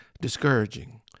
discouraging